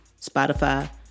Spotify